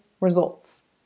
results